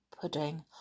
pudding